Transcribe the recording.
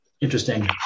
interesting